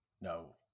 No